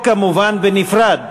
כמובן על כל חוק בנפרד.